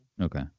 Okay